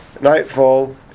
nightfall